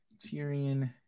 Tyrion